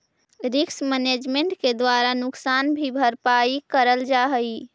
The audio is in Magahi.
रिस्क मैनेजमेंट के द्वारा नुकसान की भरपाई करल जा हई